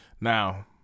Now